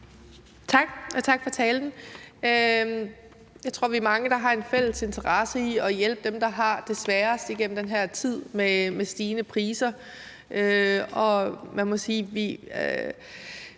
tak for talen. Jeg tror, vi er mange, der har en fælles interesse i at hjælpe dem, der har det sværest, igennem den her tid med stigende priser,